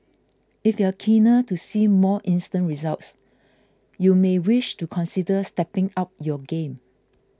if you're keener to see more instant results you may wish to consider stepping up your game